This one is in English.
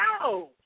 No